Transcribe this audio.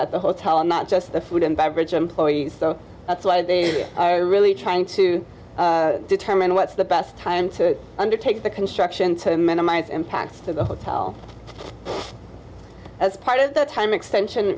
at the hotel not just the food and beverage employees so that's why they're really trying to determine what's the best time to undertake the construction to minimize impacts to the hotel as part of the time extension